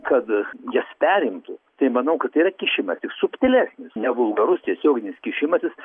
kad jas perimtų tai manau kad yra kišimasis subtilesnis ne vulgarus tiesioginis kišimasis